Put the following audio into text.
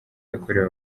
yakorewe